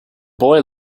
boy